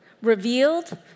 revealed